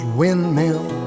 windmill